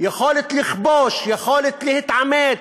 יכולת לכבוש, יכולת להתעמת,